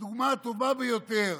הדוגמה הטובה ביותר